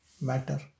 matter